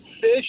Fish